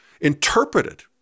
interpreted